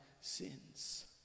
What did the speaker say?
sins